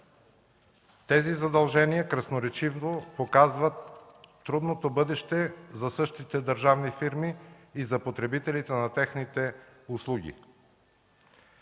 Тези задължения красноречиво показват трудното бъдеще за същите държавни фирми и за потребителите на техните услуги.